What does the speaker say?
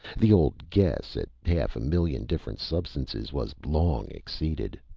the old guess at half a million different substances was long exceeded.